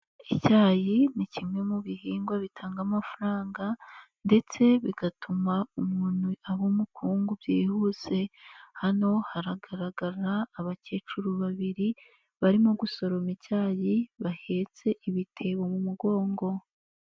Icyayi ni kimwe mu bihingwa bitanga amafaranga ndetse bigatuma umuntu aba umukungu byihuse, hano haragaragara abakecuru babiri barimo gusoroma icyayi bahetse ibitebo mu mugongo.